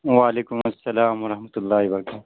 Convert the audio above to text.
وعلیکم السلام ورحمۃ اللہ برتہ